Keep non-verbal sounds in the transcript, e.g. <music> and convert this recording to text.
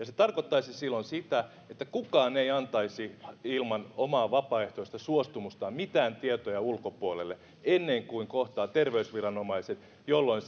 <unintelligible> se tarkoittaisi silloin sitä että kukaan ei antaisi ilman omaa vapaaehtoista suostumustaan mitään tietoja ulkopuolelle ennen kuin kohtaa terveysviranomaiset jolloin <unintelligible>